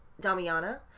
Damiana